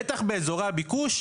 בטח באזורי הביקוש,